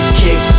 kick